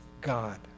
God